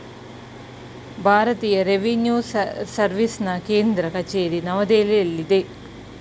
ಭಾರತೀಯ ರೆವಿನ್ಯೂ ಸರ್ವಿಸ್ನ ಕೇಂದ್ರ ಕಚೇರಿ ನವದೆಹಲಿಯಲ್ಲಿದೆ